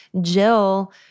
Jill